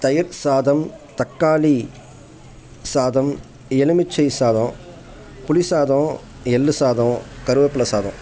தயிர் சாதம் தக்காளி சாதம் எலுமிச்சை சாதம் புளி சாதம் எள் சாதம் கருவேப்பிலை சாதம்